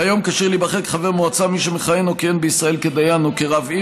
כיום כשיר להיבחר לחבר מועצה מי שמכהן או כיהן בישראל כדיין או כרב עיר,